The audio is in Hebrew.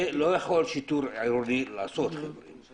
את זה לא יכול שיטור עירוני לעשות, חברים.